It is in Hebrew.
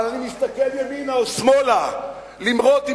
אבל אני מסתכל ימינה ושמאלה לראות אם